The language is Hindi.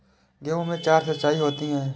गेहूं में चार सिचाई होती हैं